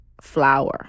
flower